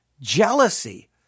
jealousy